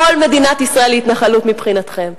כל מדינת ישראל היא התנחלות מבחינתכם.